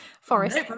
forest